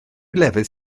lefydd